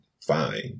fine